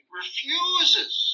refuses